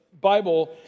Bible